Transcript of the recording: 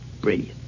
brilliant